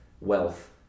wealth